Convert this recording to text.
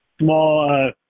small